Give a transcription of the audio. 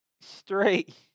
straight